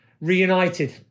reunited